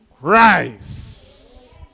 Christ